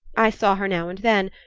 i saw her now and then,